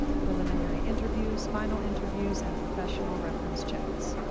preliminary interviews, final interviews, and professional reference checks.